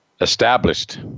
established